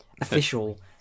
official